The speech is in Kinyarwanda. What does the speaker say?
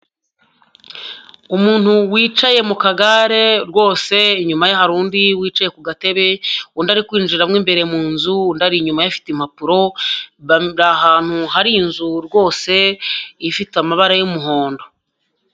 Umuntu wicaye mu kagare rwose, inyuma hari undi wicaye ku gatebe, undi ari kwinjiramo mw'imbere mu nzu, undi ari inyuma ye afite impapuro, bari ahantu hari inzu rwose, ifite amabara y'umuhondo.